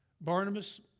Barnabas